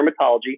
dermatology